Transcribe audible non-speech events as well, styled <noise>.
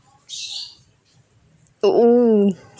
<noise> !woohoo!